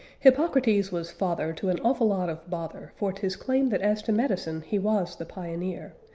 hippocrates was father to an awful lot of bother, for tis claimed that as to medicine he was the pioneer,